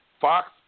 Fox